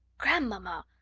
grandmamma,